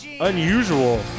Unusual